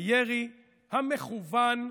הירי המכוון,